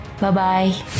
Bye-bye